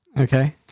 Okay